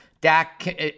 Dak